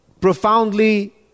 profoundly